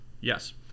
Yes